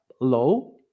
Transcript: low